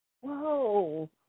whoa